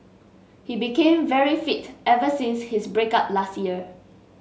he became very fit ever since his break up last year